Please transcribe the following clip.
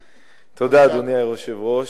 היושב-ראש,